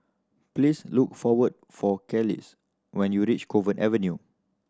please look for what for Kelis when you reach Cove Avenue